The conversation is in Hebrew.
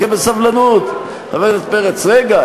חכה בסבלנות, חבר הכנסת פרץ, רגע.